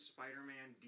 Spider-Man